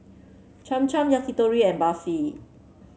Cham Cham Yakitori and Barfi